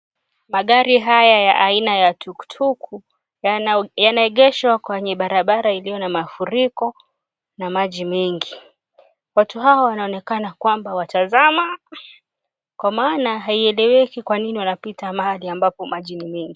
Magari haya ya aina ya tuktuk, yanaegeshwa kwenye barabara iliyo na mafuriko na maji mengi. Watu hawa wanaonekana kwamba watazama, kwa maana haieleweki kwa nini wanapita mahali ambapo maji ni mengi.